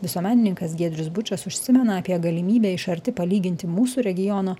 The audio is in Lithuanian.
visuomenininkas giedrius bučas užsimena apie galimybę iš arti palyginti mūsų regiono